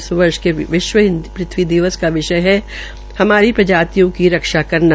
इस वर्ष के विश्व पृथ्वी दिवस का विषय है हमार प्रजातियों की रक्षा करना